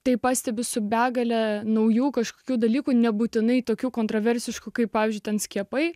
tai pastebiu su begale naujų kažkokių dalykų nebūtinai tokių kontroversiškų kaip pavyzdžiui ten skiepai